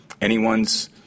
anyone's –